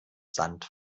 sand